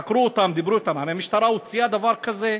חקרו אותם, דיברו אתם, המשטרה הוציאה דבר כזה?